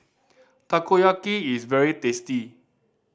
takoyaki is very tasty